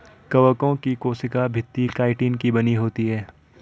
कवकों की कोशिका भित्ति काइटिन की बनी होती है